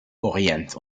orient